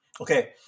Okay